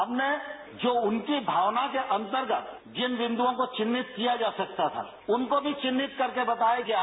हमने जो उनकी भावना के अंतर्गत जिन बिन्द्रों को चिन्हित किया जा सकता था उनको भी चिन्हित करके बताया गया है